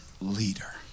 leader